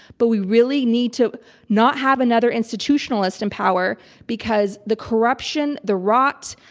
but we really need to not have another institutionalist in power because the corruption, the rot,